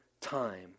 time